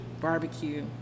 barbecue